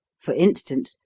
for instance,